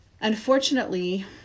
Unfortunately